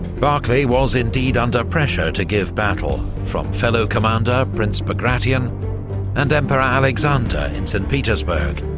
barclay was indeed under pressure to give battle, from fellow commander prince bagration and emperor alexander in st petersburg